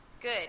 Good